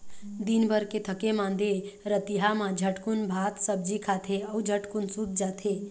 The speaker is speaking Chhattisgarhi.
दिनभर के थके मांदे रतिहा मा झटकुन भात सब्जी खाथे अउ झटकुन सूत जाथे